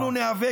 אנחנו ניאבק,